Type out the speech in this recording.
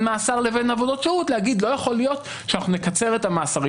מאסר לבין עבודות שירות להגיד שלא יכול להיות שאנחנו נקצר את המאסרים,